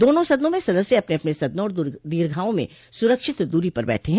दोनों सदनों में सदस्य अपने अपने सदनों और दीर्घाओं में सुरक्षित दूरी पर बैठे हैं